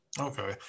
Okay